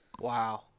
Wow